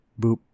boop